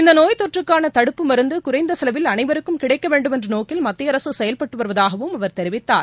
இந்த நோய் தொற்றுக்கான தடுப்பு மருந்து குறைந்த கெலவில் அனைவருக்கும் கிடைக்க வேண்மென்ற நோக்கில் மத்திய அரசு செயல்பட்டு வருவதாகவும் அவர் தெரிவித்தார்